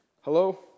Hello